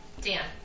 Dan